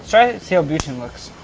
try and see how butane works.